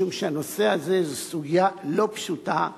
משום שהנושא הזה, זאת סוגיה לא פשוטה.